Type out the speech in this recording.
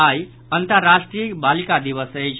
आई अंतर्राष्ट्रीय बालिका दिवस अछि